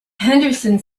henderson